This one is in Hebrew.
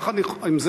יחד עם זה,